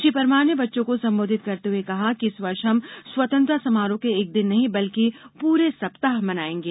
श्री परमार ने बच्चों को संबोधित करते हुए कहा है कि इस वर्ष हम स्वतंत्रता समारोह एक दिन नहीं बल्कि पूरे सप्ताह मनायेंगे